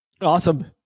Awesome